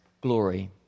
glory